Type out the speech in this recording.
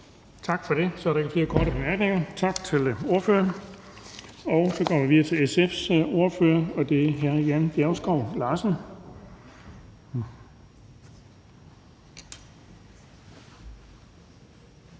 Tak for det. Så er der ikke flere korte bemærkninger. Tak til ordføreren. Så går vi videre til SF's ordfører, og det er hr. Jan Bjergskov Larsen.